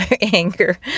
anger